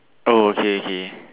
oh okay okay